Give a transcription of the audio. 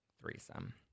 threesome